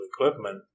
equipment